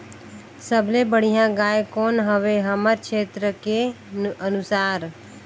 सबले बढ़िया गाय कौन हवे हमर क्षेत्र के अनुसार?